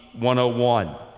101